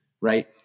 right